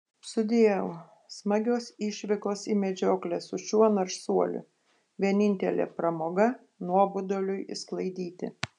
sudieu smagios išvykos į medžioklę su šiuo narsuoliu vienintelė pramoga nuoboduliui išsklaidyti